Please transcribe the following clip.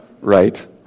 right